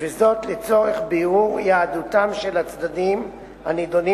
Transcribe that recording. וזאת לצורך בירור יהדותם של הצדדים הנדונים